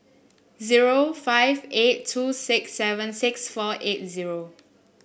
zero five eight two six seven six four eight zero